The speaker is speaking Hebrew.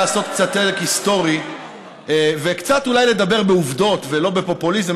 לעשות קצת צדק היסטורי וקצת אולי לדבר בעובדות ולא בפופוליזם.